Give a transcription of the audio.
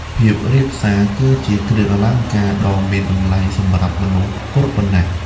ភាពរាបសារគឺជាគ្រឿងអលង្ការដ៏មានតម្លៃសម្រាប់មនុស្សគ្រប់វណ្ណៈ។